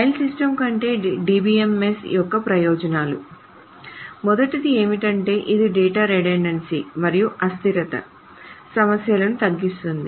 file systems కంటే DBMS యొక్క ప్రయోజనాలు మొదటిది ఏమిటంటే ఇది డేటా రిడెండెన్సీredundancy మరియు అస్థిరత సమస్యలను తగ్గిస్తుంది